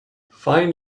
find